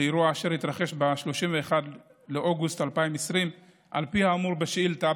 לאירוע אשר התרחש ב-31 באוגוסט 2020. על פי האמור בשאילתה,